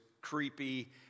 creepy